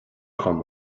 dom